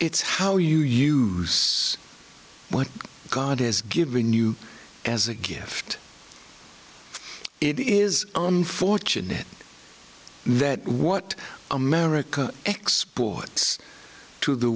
it's how you use what god has given you as a gift it is unfortunate that what america exports to the